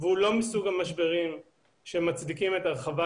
זה לא מסוג המשברים שמצדיקים את הרחבת